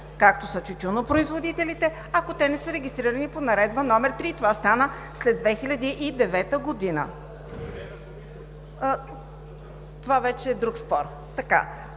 както са тютюнопроизводителите, ако те не са регистрирани по Наредба № 3. Това стана след 2009 г. (Реплика.) Това вече е друг спор.